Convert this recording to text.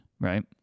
right